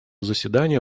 заседания